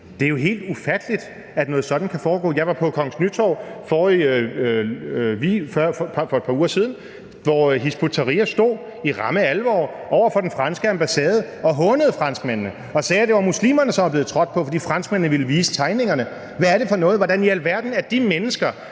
Det er jo helt ufatteligt, at noget sådant kan foregå. Jeg var på Kongens Nytorv for et par uger siden, hvor Hizb ut-Tahrir stod i ramme alvor over for den franske ambassade og hånede franskmændene og sagde, at det var muslimerne, som var blevet trådt på, fordi franskmændene ville vise tegningerne. Hvad er det for noget? Hvordan i alverden er de mennesker,